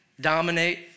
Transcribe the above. dominate